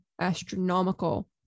astronomical